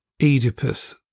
Oedipus